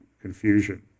confusion